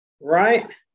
Right